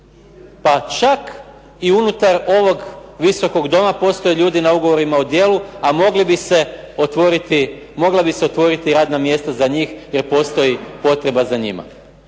pa čak i unutar ovog Visokog doma postoje ljudi na ugovorima o djelu, a mogla bi se otvoriti radna mjesta za njih, jer postoji potreba za njima.